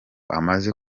amaze